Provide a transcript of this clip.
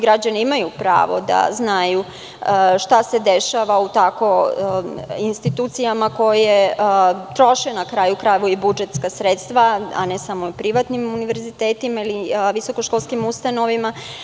Građani imaju pravo da znaju šta se dešava u takvim institucijama koje troše, na kraju krajeva, i budžetska sredstva, a ne samo privatnim univerzitetima ili visokoškolskim ustanovama.